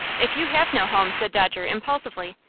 if you have no home, said dodger, impulsively,